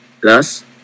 Thus